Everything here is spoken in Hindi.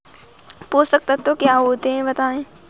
पोषक तत्व क्या होते हैं बताएँ?